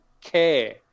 care